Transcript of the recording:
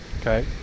okay